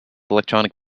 electronic